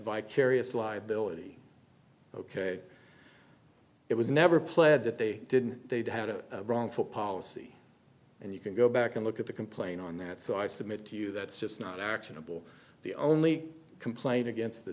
vicarious liability ok it was never pled that they didn't they've had a wrongful policy and you can go back and look at the complaint on that so i submit to you that's just not actionable the only complaint against the